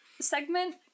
segment